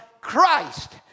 Christ